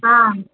हा